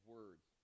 words